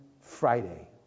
Friday